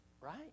Right